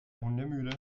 hundemüde